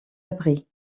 abri